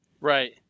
Right